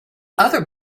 other